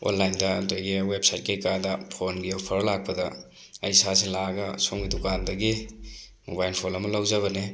ꯑꯣꯟꯂꯥꯟꯗ ꯑꯗꯒꯤ website ꯀꯩꯀꯥꯗ ꯐꯣꯟꯒꯤ ꯑꯣꯐꯔ ꯂꯥꯛꯄꯗ ꯑꯩ ꯏꯁꯥꯁꯤ ꯂꯥꯛꯑꯒ ꯁꯣꯝꯒꯤ ꯗꯨꯀꯥꯟꯗꯒꯤ ꯃꯣꯕꯥꯏꯜ ꯐꯣꯟ ꯑꯃ ꯂꯧꯖꯕꯅꯦ